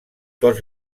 tot